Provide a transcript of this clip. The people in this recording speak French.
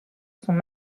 sont